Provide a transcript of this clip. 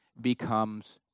becomes